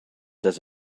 does